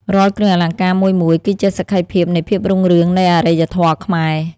រាល់គ្រឿងអលង្ការមួយៗ គឺជាសក្ខីភាពនៃភាពរុងរឿងនៃអរិយធម៌ខ្មែរ។